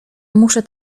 muszę